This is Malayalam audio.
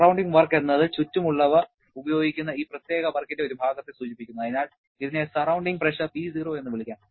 സറൌണ്ടിങ് വർക്ക് എന്നത് ചുറ്റുമുള്ളവ ഉപയോഗിക്കുന്ന ഈ പ്രത്യേക വർക്കിന്റെ ഒരു ഭാഗത്തെ സൂചിപ്പിക്കുന്നു അതിനാൽ ഇതിനെ സറൌണ്ടിങ് പ്രഷർ P0 എന്ന് വിളിക്കാം